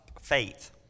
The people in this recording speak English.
faith